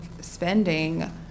spending